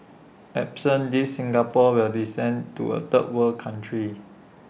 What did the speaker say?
absent these Singapore will descend to A third world country